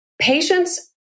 patients